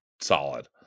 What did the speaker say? solid